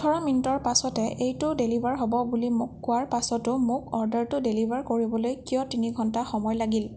ওঠৰ মিনিটৰ পাছতে এইটো ডেলিভাৰ হ'ব বুলি মোক কোৱাৰ পাছতো মোক অৰ্ডাৰটো ডেলিভাৰ কৰিবলৈ কিয় তিনি ঘণ্টা সময় লাগিল